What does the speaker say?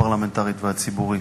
הפרלמנטרית והציבורית.